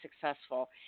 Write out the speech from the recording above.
successful